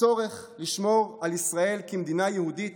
הצורך לשמור על ישראל כמדינה יהודית